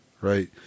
right